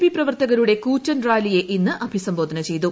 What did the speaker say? P പ്രവർത്തകരുടെ കൂറ്റൻ റാലിയെ ഇന്ന് അഭിസംബോധന ചെയ്തു